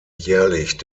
jährlich